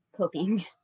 coping